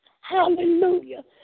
Hallelujah